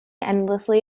endlessly